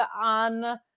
on